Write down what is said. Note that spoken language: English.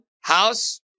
house